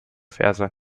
verse